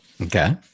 Okay